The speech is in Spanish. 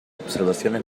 observaciones